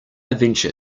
venture